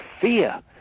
fear